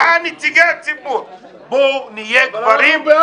בואו נהיה גברים.